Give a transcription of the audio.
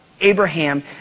Abraham